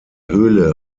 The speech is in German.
höhle